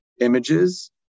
images